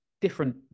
different